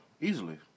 easily